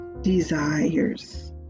desires